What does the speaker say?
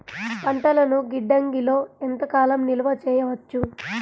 పంటలను గిడ్డంగిలలో ఎంత కాలం నిలవ చెయ్యవచ్చు?